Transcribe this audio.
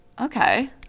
Okay